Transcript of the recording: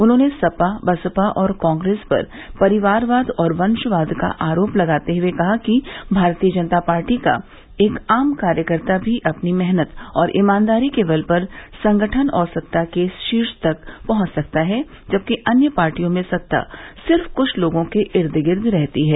उन्होंने सपा बसपा और कांग्रेस पर परिवारवाद और वंशवाद का आरोप लगाते हए कहा कि भारतीय जनता पार्टी का एक आम कार्यकर्ता भी अपनी मेहनत और ईमानदारी के बल पर संगठन और सत्ता के शीर्ष तक पहुंच सकता है जबकि अन्य पार्टियों में सत्ता सिर्फ कुछ लोगों के इर्द गिर्द रहती है